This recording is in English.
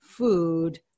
food